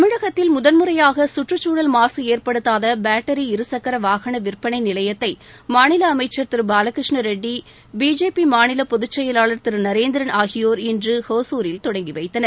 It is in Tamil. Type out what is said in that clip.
தமிழகத்தில் முதன்முறையாக கற்றுச்சூழல் மாசு ஏற்படுத்தாத பேட்டரி இரு சக்கர வாகன விற்பனை நிலையத்தை மாநில அமைச்சர் திரு பாலகிரஷ்ணா ரெட்டி பிஜேபி மாநில பொதுச் செயலாளர் திரு நரேந்திரன் ஆகியோர் இன்று ஒசூரில் தொடங்கி வைத்தனர்